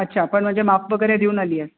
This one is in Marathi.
अच्छा पण म्हणजे माप वगैरे देऊन आली आहे